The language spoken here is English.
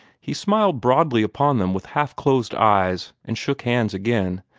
he smiled broadly upon them with half-closed eyes, and shook hands again.